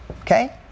okay